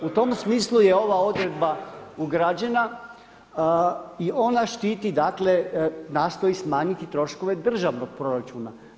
U tom smislu je ova odredba ugrađena i ona štiti nastoji smanjiti troškove državnog proračuna.